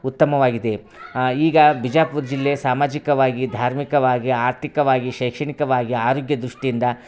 ಉತ್ತಮವಾಗಿದೆ ಈಗ ಬಿಜಾಪುರ ಜಿಲ್ಲೆ ಸಾಮಾಜಿಕವಾಗಿ ಧಾಮಿರ್ಕವಾಗಿ ಆರ್ಥಿಕವಾಗಿ ಶೈಕ್ಷಣಿಕವಾಗಿ ಆರೋಗ್ಯ ದೃಷ್ಟಿಯಿಂದ